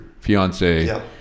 fiance